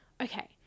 okay